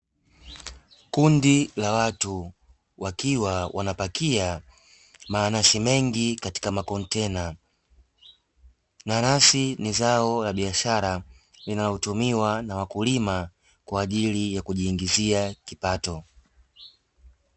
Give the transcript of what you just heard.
Kundi la watu wakiwa wanapakia mananasi mengi katika makontena. Nanasi ni zao la biashara linalotumiwa na wakulima kwa ajili ya kujiingizia kipato.